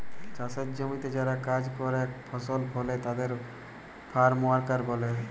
চাসের জমিতে যারা কাজ করেক ফসল ফলে তাদের ফার্ম ওয়ার্কার ব্যলে